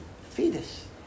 fetus